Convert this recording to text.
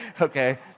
okay